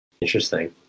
Interesting